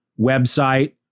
website